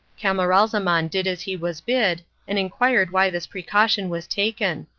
camaralzaman did as he was bid, and inquired why this precaution was taken.